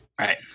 Right